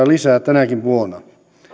lisää tänäkin vuonna